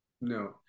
No